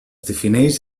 defineix